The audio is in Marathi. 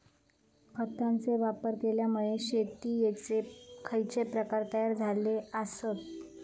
खतांचे वापर केल्यामुळे शेतीयेचे खैचे प्रकार तयार झाले आसत?